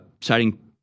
citing